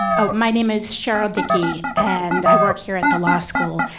oh. my name is sheryl dickey, and i work here at the law school.